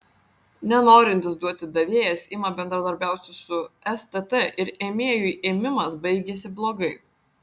nenorintis duoti davėjas ima bendradarbiauti su stt ir ėmėjui ėmimas baigiasi blogai